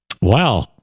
wow